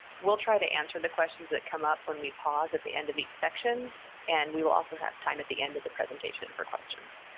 we'll try to answer the questions that come up when we pause at the end of each section and we will also have time at the end of the presentation for questions.